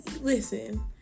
listen